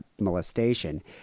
molestation